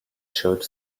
showed